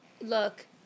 Look